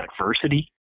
adversity